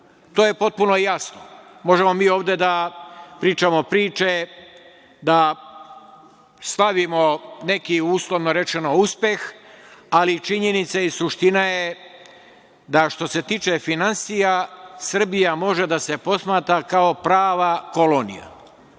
To je potpuno jasno. Možemo mi ovde da pričamo priče, da stavimo neki uslovno rečeno uspeh, ali činjenica i suština je da što se tiče finansija Srbija može da se posmatra kao prava kolonija.